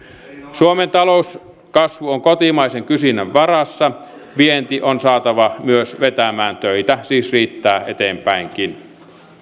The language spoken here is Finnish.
suomen talouskasvu on kotimaisen kysynnän varassa myös vienti on saatava vetämään töitä siis riittää eteenpäinkin